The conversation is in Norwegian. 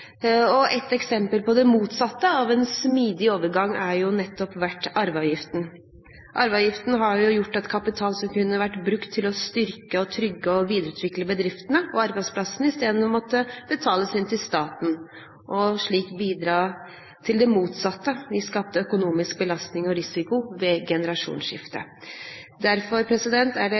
Et eksempel på det motsatte av en smidig overgang har nettopp vært arveavgiften. Arveavgiften har ført til at kapital, som kunne vært brukt til å styrke, trygge og videreutvikle bedriftene og arbeidsplassene, i stedet har blitt betalt inn til staten, og slik bidratt til det motsatte: Det har skapt økonomisk belastning og risiko ved generasjonsskifte. Derfor er det